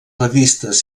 revistes